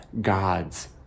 god's